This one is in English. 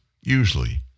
usually